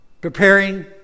Preparing